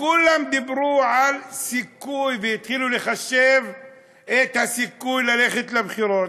וכולם דיברו על סיכוי והתחילו לחשב את הסיכוי ללכת לבחירות,